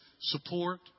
support